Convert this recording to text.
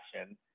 action